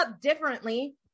differently